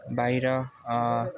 बाहिर